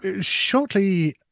shortly